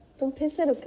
thank you so